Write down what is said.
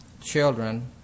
Children